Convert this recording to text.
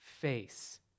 face